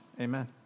Amen